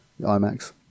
IMAX